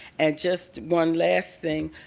and just one last thing,